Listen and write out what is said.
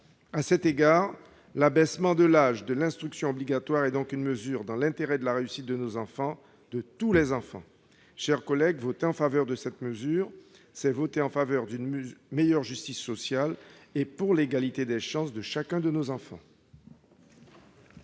À cet égard, l'abaissement de l'âge de l'instruction obligatoire est donc dans l'intérêt de la réussite de nos enfants, de tous les enfants. Mes chers collègues, voter en faveur de l'adoption de cette mesure, c'est voter en faveur de davantage de justice sociale et de l'égalité des chances pour chacun de nos enfants.